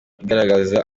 igaragaza